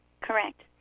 Correct